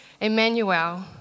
Emmanuel